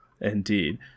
Indeed